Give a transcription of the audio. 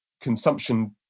consumption